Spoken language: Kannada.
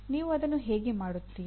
ನೀವು ಅದನ್ನು ಹೇಗೆ ಮಾಡುತ್ತೀರಿ